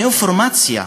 כאינפורמציה,